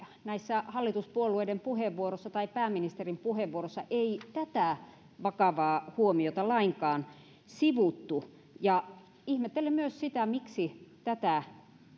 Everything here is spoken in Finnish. näissä hallituspuolueiden puheenvuoroissa tai pääministerin puheenvuorossa ei tätä vakavaa huomiota lainkaan sivuttu ja ihmettelen myös sitä miksi tätä